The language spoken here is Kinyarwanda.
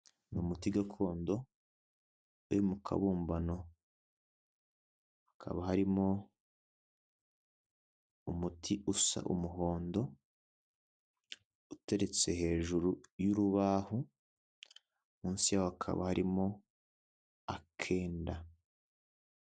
Ni umuti gakondo we mu kabumbano hakaba harimo umuti usa umuhondo uteretse hejuru y'urubaho munsi hakaba harimo akenda.